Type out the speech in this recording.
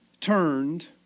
turned